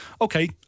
okay